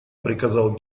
приказал